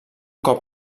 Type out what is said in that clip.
cop